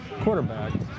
quarterback